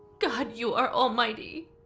god, you are almighty.